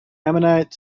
ammonites